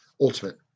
ultimate